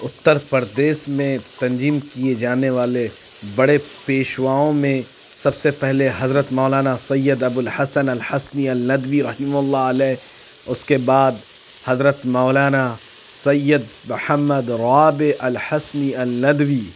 اتّر پردیش میں تنظیم کئے جانے والے بڑے پیشواؤں میں سب سے پہلے حضرت مولانا سید ابو الحسن الحسنی الندوی رحمہ اللہ علیہ اُس کے بعد حضرت مولانا سید محمد رابع الحسنی الندوی